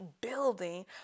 building